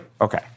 Okay